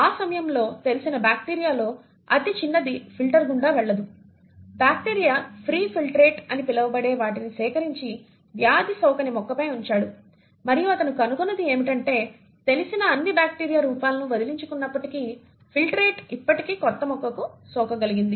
ఆ సమయంలో తెలిసిన బ్యాక్టీరియాలో అతి చిన్నది ఫిల్టర్ గుండా వెళ్లదు బ్యాక్టీరియా ఫ్రీ ఫిల్ట్రేట్ అని పిలవబడే వాటిని సేకరించి వ్యాధి సోకని మొక్కపై ఉంచాడు మరియు అతను కనుగొన్నది ఏమిటంటే తెలిసిన అన్ని బ్యాక్టీరియా రూపాలను వదిలించుకున్నప్పటికీ ఫిల్ట్రేట్ ఇప్పటికీ కొత్త మొక్కకు సోకగలిగింది